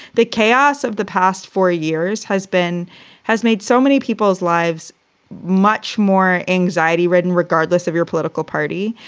the chaos of the past four years has been has made so many people's lives much more anxiety ridden. regardless of your political party,